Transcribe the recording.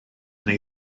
neu